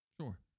Sure